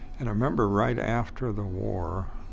and i remember right after the war,